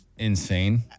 insane